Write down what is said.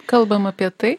kalbam apie tai